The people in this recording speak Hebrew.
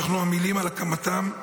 שאנחנו עמלים על הקמתם,